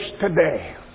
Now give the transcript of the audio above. today